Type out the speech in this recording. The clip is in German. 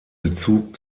bezug